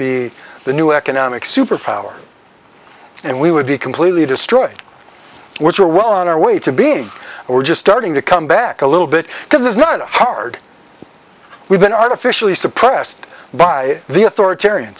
be the new economic superpower and we would be completely destroyed which we're well on our way to being we're just starting to come back a little bit because there's no hard we've been artificially suppressed by the authoritarian